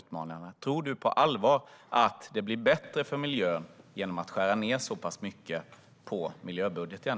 Tror du på allvar att det blir bättre för miljön om man skär ned så pass mycket på miljöbudgeten?